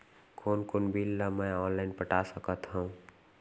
कोन कोन बिल ला मैं ऑनलाइन पटा सकत हव?